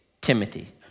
Timothy